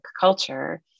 culture